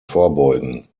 vorbeugen